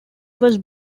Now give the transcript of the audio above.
was